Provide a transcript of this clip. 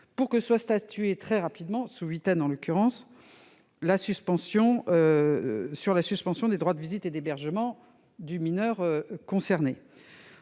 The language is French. pour que soit statué très rapidement, en l'occurrence sous huitaine, sur la suspension des droits de visite et d'hébergement du mineur concerné.